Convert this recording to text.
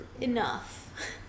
enough